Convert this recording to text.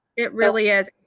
it really is.